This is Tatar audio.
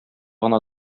гына